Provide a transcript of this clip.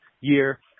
year